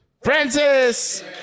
Francis